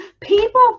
People